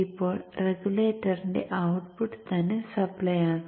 ഇപ്പോൾ റെഗുലേറ്ററിന്റെ ഔട്ട്പുട്ട് തന്നെ സപ്ലൈ ആകാം